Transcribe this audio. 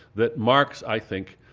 that marks, i think,